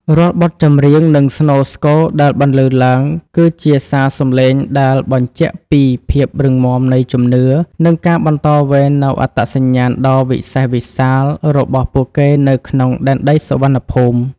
រាល់បទចម្រៀង និងស្នូរស្គរដែលបន្លឺឡើង គឺជាសារសំឡេងដែលបញ្ជាក់ពីភាពរឹងមាំនៃជំនឿ និងការបន្តវេននូវអត្តសញ្ញាណដ៏វិសេសវិសាលរបស់ពួកគេនៅក្នុងដែនដីសុវណ្ណភូមិ។